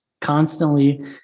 constantly